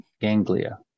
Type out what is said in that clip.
Ganglia